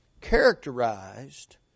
characterized